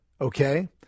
okay